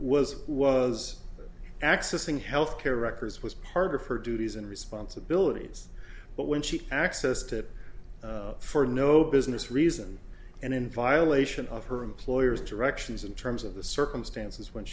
was was accessing health care records was part of her duties and responsibilities but when she access to for no business reason and in violation of her employer's directions in terms of the circumstances when